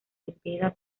cepeda